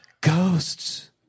Ghosts